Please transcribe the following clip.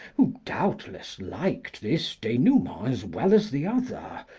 who doubtless liked this denouement as well as the other,